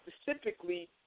specifically